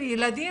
לילדים,